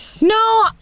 no